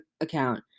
account